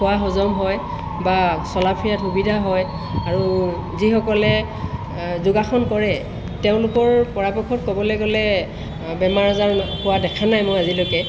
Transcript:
খোৱা হজম হয় বা চলা ফিৰাত সুবিধা হয় আৰু যিসকলে যোগাসন কৰে তেওঁলোকৰ পৰাপক্ষত ক'বলৈ গ'লে বেমাৰ আজাৰ হোৱা দেখা নাই মই আজিলৈকে